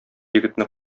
егетне